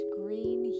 green